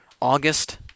August